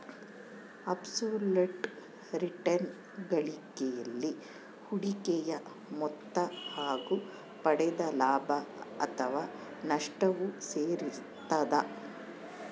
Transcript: abs ಲುಟ್ return ಗಳಿಕೆಯಲ್ಲಿ ಹೂಡಿಕೆಯ ಮೊತ್ತ ಹಾಗು ಪಡೆದ ಲಾಭ ಅಥಾವ ನಷ್ಟವು ಸೇರಿರ್ತದ